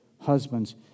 husbands